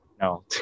No